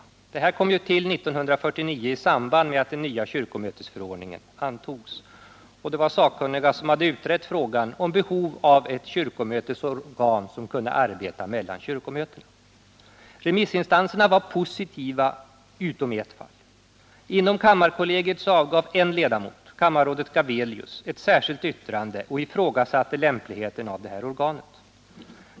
Kyrkomötets utredningsnämnd kom till 1949 i samband med att den nya kyrkomötesförordningen antogs, och sakkunniga hade utrett frågan om behov av ett kyrkomötesorgan som kunde arbeta mellan kyrkomötena. Remissinstanserna var positiva utom i ett fall. Inom kammarkollegiet avgav en ledamot, kammarrådet Gavelius, ett särskilt yttrande och ifrågasatte lämpligheten av det föreslagna organet.